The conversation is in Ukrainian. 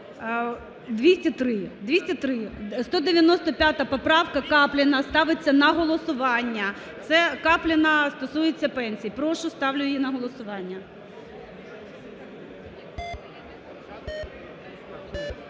203. 195 поправка Капліна ставиться на голосування, це Капліна стосується пенсії. Прошу, ставлю її на голосування.